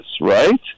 right